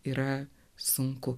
yra sunku